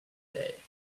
day